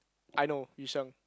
I know Yu sheng